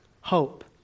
hope